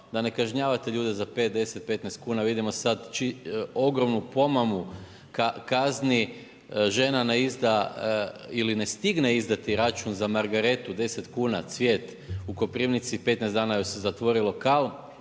da ne kažnjavate ljude za 5, 10, 15 kuna. Vidimo sad ogromnu pomamu kazni. Žena ne izda ili ne stigne izdati račun na margaretu 10 kuna cvijet u Koprivnici, 15 dana joj se zatvori lokal.